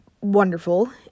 wonderful